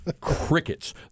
Crickets